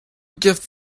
gift